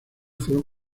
fueron